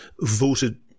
voted